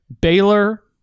Baylor